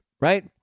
right